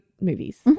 movies